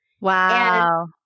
Wow